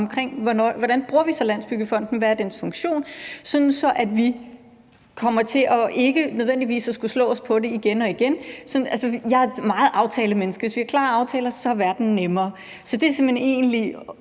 omkring, hvordan vi bruger Landsbyggefonden, og hvad dens funktion er, sådan at vi måske ikke nødvendigvis kommer til at skulle slå os på det igen og igen. Jeg er meget et aftalemenneske; hvis vi har klare aftaler, er verden nemmere.